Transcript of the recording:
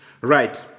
Right